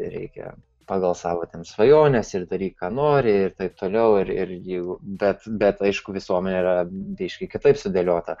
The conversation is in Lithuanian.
reikia pagal savo ten svajones ir daryk ką nori ir taip toliau ir jeigu bet bet aišku visuomenė yra biškį kitaip sudėliota